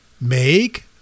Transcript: make